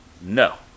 No